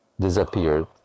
disappeared